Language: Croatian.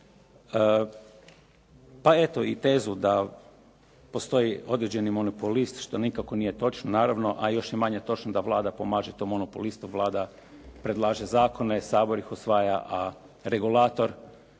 pa eto i tezu da postoji određeni monopolist što nikako nije točno naravno, a još je manje točno da Vlada pomaže tom monopolistu. Vlada predlaže zakone, Sabor ih usvaja, a regulator